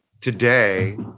today